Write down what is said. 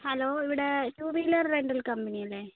hello ഇവിടെ two wheeler rental company അല്ലേ